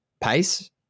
pace